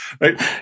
right